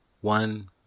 one